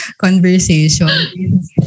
conversation